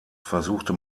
versuchte